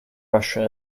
russia